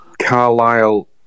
Carlisle